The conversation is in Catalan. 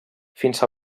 fins